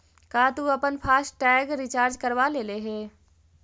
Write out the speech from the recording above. का तु अपन फास्ट टैग रिचार्ज करवा लेले हे?